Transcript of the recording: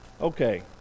Okay